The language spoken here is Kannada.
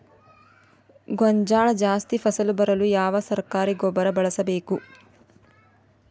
ಗೋಂಜಾಳ ಜಾಸ್ತಿ ಫಸಲು ಬರಲು ಯಾವ ಸರಕಾರಿ ಗೊಬ್ಬರ ಬಳಸಬೇಕು?